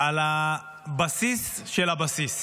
על הבסיס של הבסיס,